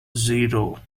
zero